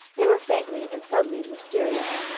they were faintly and subtly mysterious.